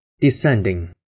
descending